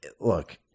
look